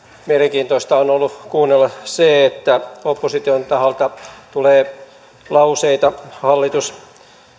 mielenkiintoista on on ollut kuunnella sitä että opposition taholta tulee lauseita hallitus